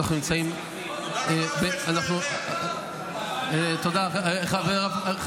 אנחנו נמצאים, תודה רבה על זה שאתה יודע.